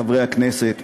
חברי הכנסת מהקואליציה,